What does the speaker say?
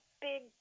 big